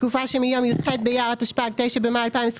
התקופה שמיום י"ח באייר התשפ"ג (9 במאי 2023)